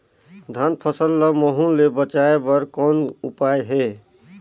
धान फसल ल महू ले बचाय बर कौन का उपाय हे?